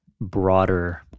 broader